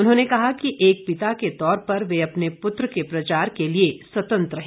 उन्होंने कहा कि एक पिता के तौर पर वे अपने पुत्र के प्रचार के लिए स्वतंत्र है